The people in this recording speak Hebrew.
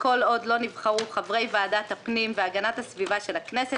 וכל עוד לא נבחרו חברי ועדת הפנים והגנת הסביבה של הכנסת.